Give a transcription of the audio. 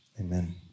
Amen